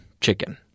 chicken